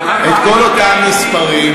שלכם, את כל אותם מספרים,